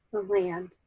for land,